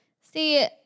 See